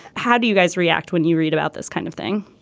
how do you guys react when you read about this kind of thing.